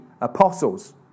apostles